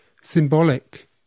symbolic